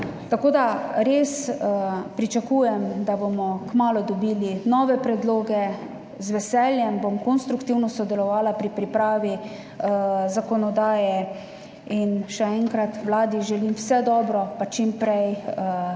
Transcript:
res pričakujem, da bomo kmalu dobili nove predloge. Z veseljem bom konstruktivno sodelovala pri pripravi zakonodaje. Še enkrat, Vladi želim vse dobro, pa čim prej